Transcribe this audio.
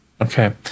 Okay